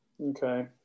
Okay